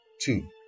Two